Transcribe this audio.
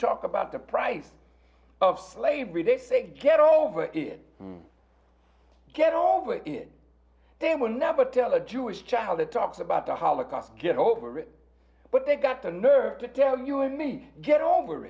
talk about the price of slavery they say get over it get all over it they will never tell a jewish child that talks about the holocaust get over it but they've got the nerve to tell you and me get over